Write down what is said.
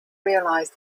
realise